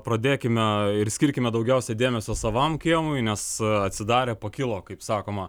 pradėkime ir skirkime daugiausiai dėmesio savam kiemui nes atsidarę pakilo kaip sakoma